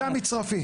זה המצרפי.